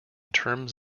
terms